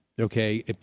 okay